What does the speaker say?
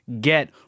get